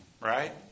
right